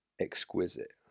exquisite